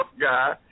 guy